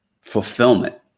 fulfillment